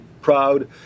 proud